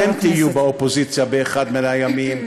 גם אתם תהיו באופוזיציה באחד מן הימים,